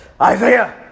Isaiah